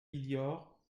milliards